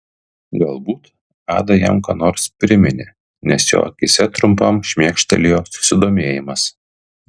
galbūt ada jam ką nors priminė nes jo akyse trumpam šmėkštelėjo susidomėjimas